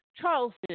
Charleston